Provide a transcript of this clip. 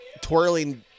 twirling